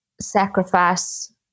sacrifice